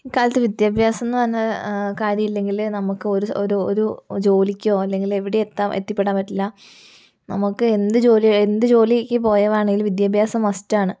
ഇക്കാലത്ത് വിദ്യാഭ്യാസം എന്നു പറയുന്ന കാര്യമില്ലെങ്കിൽ നമുക്കൊരു ഒരു ഒരു ജോലിക്കോ അല്ലെങ്കിൽ എവിടേയും എത്താൻ എത്തിപ്പെടാൻ പറ്റില്ല നമുക്ക് എന്ത് ജോലി എന്ത് ജോലിക്ക് പോകുവാണെങ്കിലും വിദ്യാഭ്യാസം മസ്റ്റാണ്